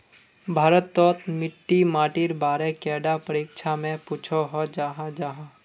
भारत तोत मिट्टी माटिर बारे कैडा परीक्षा में पुछोहो जाहा जाहा?